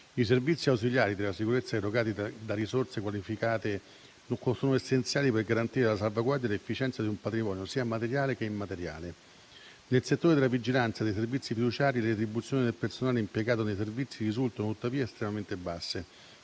I servizi ausiliari della sicurezza erogati da risorse qualificate sono essenziali per garantire la salvaguardia e l'efficienza di un patrimonio sia materiale che immateriale. Nel settore della vigilanza dei servizi fiduciari le retribuzioni del personale impiegato nei servizi risultano tuttavia estremamente basse.